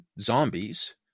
zombies